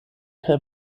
kaj